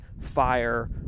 fire